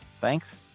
Thanks